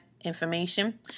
Information